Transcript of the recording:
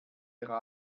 der